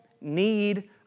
need